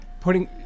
putting